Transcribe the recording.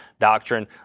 doctrine